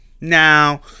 Now